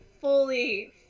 fully